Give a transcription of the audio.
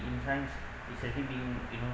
in science is a bit being you know